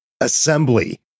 assembly